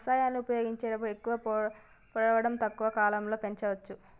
రసాయనాలను ఉపయోగించి ఎక్కువ పొడవు తక్కువ కాలంలో పెంచవచ్చా?